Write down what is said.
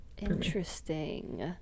Interesting